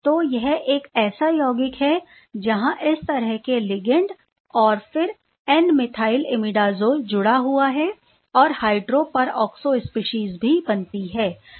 तो यह एक ऐसा यौगिक है जहां इस तरह के लिगैंड और फिर एन मिथाइल इमिडाज़ोल जुड़ा हुआ है और हाइड्रो पर ऑक्सो स्पीशीज भी बनती है